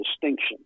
distinction